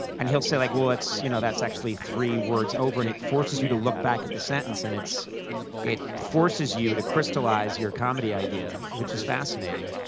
and he'll say, like well, that's you know that's actually three words over. and it forces you to look back at the sentence, and it's it forces you to crystallize your comedy idea, which is fascinating.